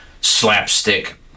slapstick